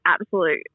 absolute